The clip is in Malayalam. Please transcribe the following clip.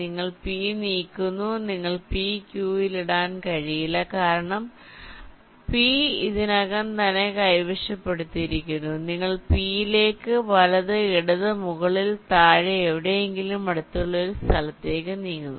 നിങ്ങൾ p നീക്കുന്നു നിങ്ങൾക്ക് p q ൽ ഇടാൻ കഴിയില്ല കാരണം p ഇതിനകം തന്നെ കൈവശപ്പെടുത്തിയിരിക്കുന്നു നിങ്ങൾ p യിലേക്ക് വലത് ഇടത് മുകളിൽ താഴെ എവിടെയെങ്കിലും അടുത്തുള്ള ഒരു സ്ഥലത്തേക്ക് നീങ്ങുന്നു